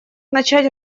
начать